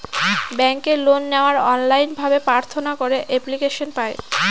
ব্যাঙ্কে লোন নেওয়ার অনলাইন ভাবে প্রার্থনা করে এপ্লিকেশন পায়